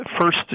first